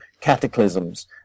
cataclysms